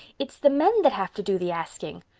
it's the men that have to do the asking.